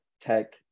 tech